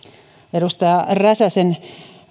edustaja räsäsen